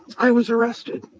i was arrested.